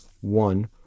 One